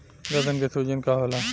गदन के सूजन का होला?